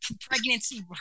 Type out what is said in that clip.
pregnancy